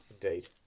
Indeed